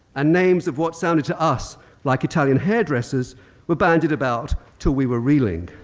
and names of what sounded to us like italian hairdressers were bandied about till we were reeling.